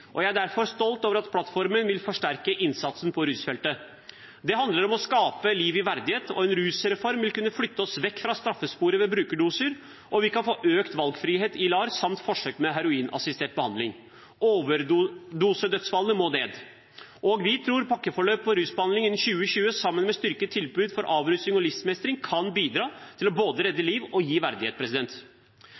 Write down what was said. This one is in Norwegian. rusutfordringer. Jeg er derfor stolt over at plattformen vil forsterke innsatsen på rusfeltet. Det handler om å skape liv i verdighet, og en rusreform vil kunne flytte oss vekk fra straffesporet ved brukerdoser, og vi kan få økt valgfrihet i LAR samt forsøk med heroinassistert behandling. Overdosedødsfallene må ned, og vi tror pakkeforløp for rusbehandling innen 2020 sammen med styrket tilbud for avrusning og livsmestring kan bidra til både å redde liv og gi verdighet.